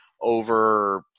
over